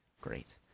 Great